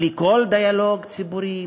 בלי כל דיאלוג ציבורי,